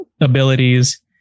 abilities